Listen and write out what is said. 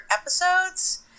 episodes